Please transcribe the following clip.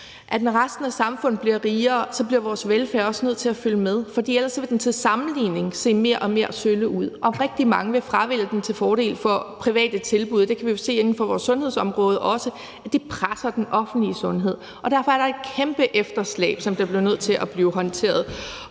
at når resten af samfundet bliver rigere, bliver vores velfærd også nødt til at følge med, for ellers vil den til sammenligning se mere og mere sølle ud, og rigtig mange vil fravælge den til fordel for private tilbud, og det kan vi jo se inden for vores sundhedsområde, hvor de presser den offentlige sundhed. Derfor er der et kæmpe efterslæb, som bliver nødt til at blive håndteret,